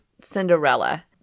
Cinderella